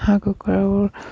হাঁহ কুকুৰাবোৰ